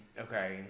okay